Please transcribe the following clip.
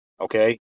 Okay